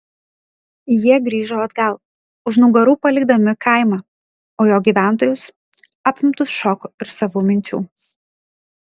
jie grįžo atgal už nugarų palikdami kaimą o jo gyventojus apimtus šoko ir savų minčių